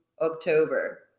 October